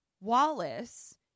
Wallace